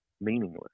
meaningless